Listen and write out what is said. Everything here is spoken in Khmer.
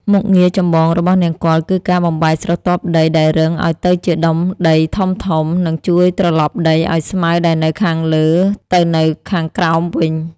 មុខងារចម្បងរបស់នង្គ័លគឺការបំបែកស្រទាប់ដីដែលរឹងឱ្យទៅជាដុំដីធំៗ និងជួយត្រឡប់ដីឱ្យស្មៅដែលនៅខាងលើទៅនៅខាងក្រោមវិញ។